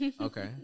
Okay